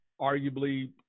arguably